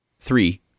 three